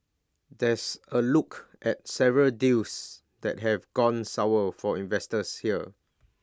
there's A look at several deals that have gone sour for investors here